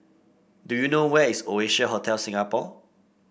do you know where is Oasia Hotel Singapore